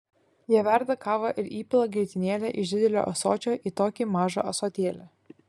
jie verda kavą ir įpila grietinėlę iš didelio ąsočio į tokį mažą ąsotėlį